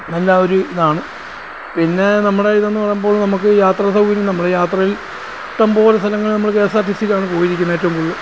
നല്ല ഒരു ഇതാണ് പിന്നെ നമ്മുടെ ഇതെന്ന് പറയുമ്പോൾ നമുക്ക് യാത്രാസൗകര്യം നമ്മൾ യാത്രയിൽ ഇഷ്ടംപോലെ സലങ്ങൾ നമ്മൾ K S R T C ലാണ് പോയിരിക്കുന്നത് ഏറ്റവും കൂടുതൽ